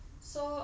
ya so